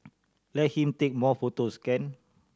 let him take more photos can